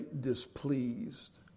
displeased